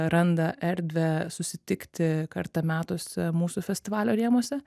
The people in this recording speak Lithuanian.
randa erdvę susitikti kartą metuose mūsų festivalio rėmuose